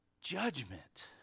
judgment